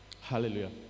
Hallelujah